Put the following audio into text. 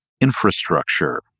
infrastructure